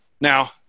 Now